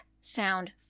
sound